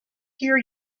hear